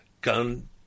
gun